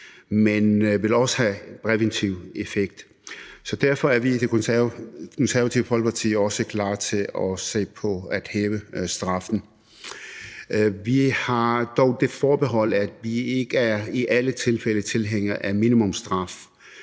det vil også have en præventiv effekt. Så derfor er vi i Det Konservative Folkeparti også klar til at se på at hæve straffen. Vi har dog det forbehold, at vi ikke i alle tilfælde er tilhængere af minimumsstraf.